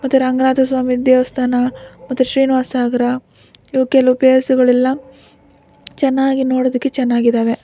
ಮತ್ತು ರಂಗನಾಥ ಸ್ವಾಮಿ ದೇವಸ್ಥಾನ ಮತ್ತು ಶ್ರೀನಿವಾಸ ಸಾಗರ ಇವು ಕೆಲವು ಪ್ಲೇಸುಗಳೆಲ್ಲ ಚೆನ್ನಾಗಿ ನೋಡೋದಕ್ಕೆ ಚೆನ್ನಾಗಿದ್ದಾವೆ